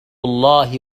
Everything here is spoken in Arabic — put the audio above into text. الله